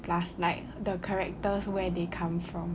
plus like the characters where they come from